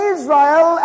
Israel